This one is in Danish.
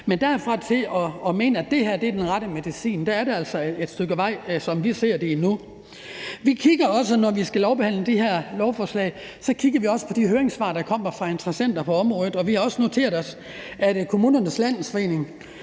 Men derfra og til at mene, at det her er den rette medicin, er der altså et stykke vej endnu, som vi ser det. Vi kigger også, når vi skal lovbehandle det her lovforslag, på de høringssvar, der kommer fra interessenter på området, og vi har noteret os, at Kommunernes Landsforening